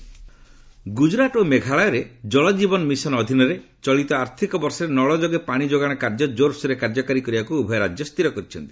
ଜଳ ଜୀବନ ମିଶନ୍ ଗୁଜରାଟ ଓ ମେଘାଳୟରେ ଜଳଜୀବନ ମିଶନ୍ ଅଧୀନରେ ଚଳିତ ଆର୍ଥିକ ବର୍ଷରେ ନଳ ଯୋଗେ ପାଣି ଯୋଗାଣ କାର୍ଯ୍ୟ କୋର୍ସୋରରେ କାର୍ଯ୍ୟକାରୀ କରିବାକୁ ଉଭୟ ରାଜ୍ୟ ସ୍ଥିର କରିଛନ୍ତି